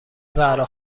زهرا